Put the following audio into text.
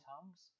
tongues